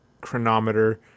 Chronometer